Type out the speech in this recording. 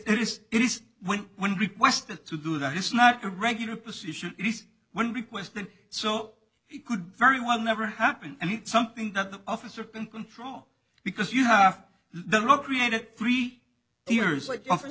it is it is when when requested to do that it's not a regular position when requested so it could very well never happen and it's something that the officer can control because you have the law created three years like office